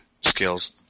skills